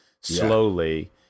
slowly